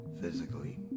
physically